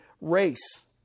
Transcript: race